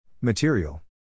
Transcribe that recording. Material